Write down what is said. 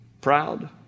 proud